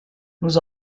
nous